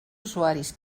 usuaris